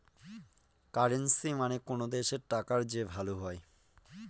currency মানে কোনো দেশের টাকার যে ভ্যালু হয়